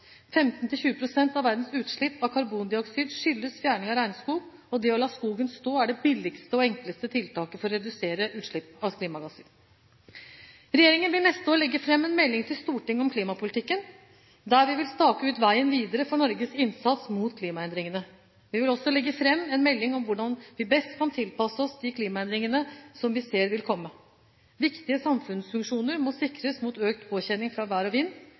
av verdens utslipp av karbondioksid skyldes fjerning av regnskog, og det å la skogen stå er det billigste og enkleste tiltaket for å redusere utslippene av klimagasser. Regjeringen vil neste år legge fram en melding til Stortinget om klimapolitikken, der vi vil stake ut veien videre for Norges innsats mot klimaendringene. Vi vil også legge fram en melding om hvordan vi best kan tilpasse oss de klimaendringene som vi ser vil komme. Viktige samfunnsfunksjoner må sikres mot økt påkjenning fra vær og vind.